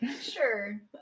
sure